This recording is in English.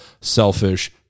selfish